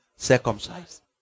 circumcised